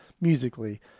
musically